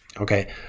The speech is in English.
Okay